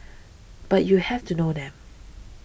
but you have to know them